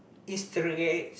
is the